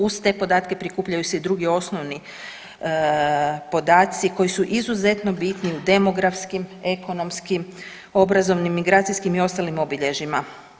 Uz te podatke prikupljaju se i drugi osnovni podaci koji su izuzetno bitni u demografskim, ekonomskim, obrazovnim, migracijskim i ostalim obilježjima.